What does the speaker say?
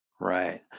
Right